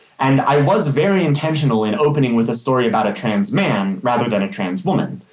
and i was very intentional in opening with a story about a trans man rather than a trans woman,